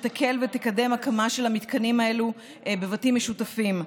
יקלו ויקדמו הקמה של המתקנים האלו בבתים משותפים.